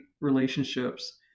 relationships